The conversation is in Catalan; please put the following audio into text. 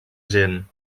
gent